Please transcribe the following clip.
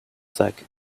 zach